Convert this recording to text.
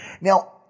Now